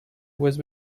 was